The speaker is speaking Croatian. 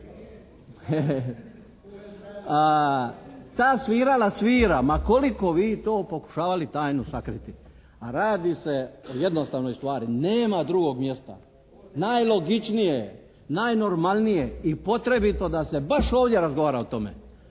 Ta svirala svira ma koliko vi to pokušavali tajno sakriti. A radi se o jednostavnoj stvari. Nema drugog mjesta. Najlogičnije, najnormalnije i potrebito da se baš ovdje razgovara o tome.